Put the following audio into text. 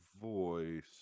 voice